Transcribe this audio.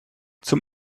zum